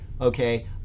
okay